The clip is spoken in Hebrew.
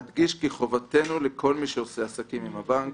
אדגיש כי חובתנו היא לכל מי שעושה עסקים עם הבנק